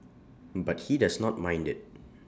but he does not mind IT